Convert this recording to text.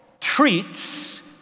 treats